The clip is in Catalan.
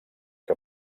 que